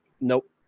Nope